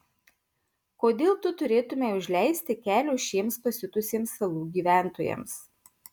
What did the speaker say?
kodėl tu turėtumei užleisti kelio šiems pasiutusiems salų gyventojams